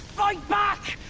fight back!